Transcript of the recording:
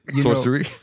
Sorcery